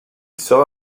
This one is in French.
sera